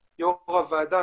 החלוקה.